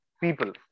people